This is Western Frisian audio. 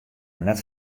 net